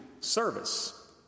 service